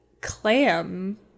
clam